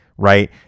Right